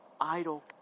Idle